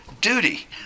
duty